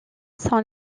sont